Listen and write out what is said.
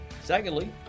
Secondly